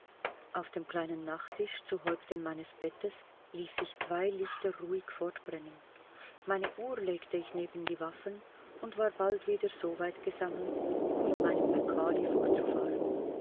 auf dem kleinen nachttisch zu häupten meines bettes ließ ich zwei lichter ruhig fortbrennen meine uhr legte ich neben die waffen und war bald wieder soweit gesammelt um in meinem macaulay fortzufahren